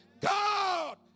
God